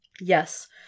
Yes